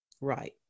Right